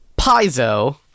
piezo